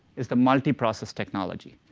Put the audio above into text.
is the multiprocess technology.